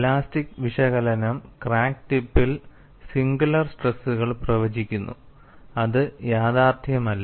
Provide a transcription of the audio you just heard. elastic വിശകലനം crack ടിപ്പിൽ singular സ്ട്രെസ്സുകൾ പ്രവചിക്കുന്നു അത് യാഥാർത്ഥ്യമല്ല